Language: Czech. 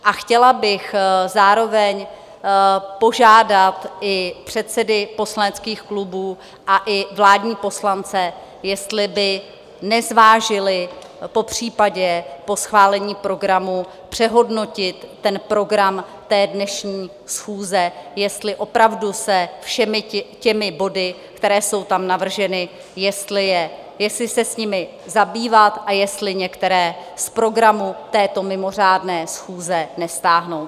A chtěla bych zároveň požádat i předsedy poslaneckých klubů a i vládní poslance, jestli by nezvážili popřípadě po schválení programu přehodnotit program té dnešní schůze, jestli opravdu se všemi těmi body, které jsou tam navrženy, jestli se jimi zabývat a jestli některé z programu této mimořádné schůze nestáhnout.